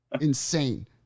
Insane